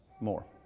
more